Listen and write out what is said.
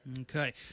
Okay